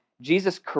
Jesus